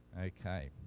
Okay